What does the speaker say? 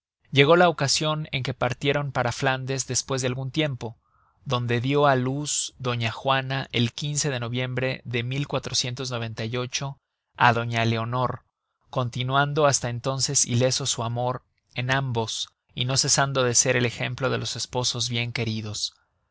llegó la ocasion en que partieron para flandes despues de algun tiempo donde dió á luz doña juana el de noviembre de á doña leonor continuando hasta entonces ileso su amor en ambos y no cesando de ser el ejemplo de los esposos bien queridos